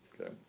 Okay